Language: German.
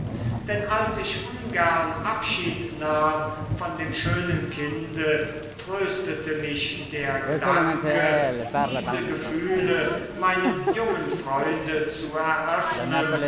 denn als ich ungern abschied nahm von dem schönen kinde tröstete mich der gedanke diese gefühle meinem jungen freunde zu eröffnen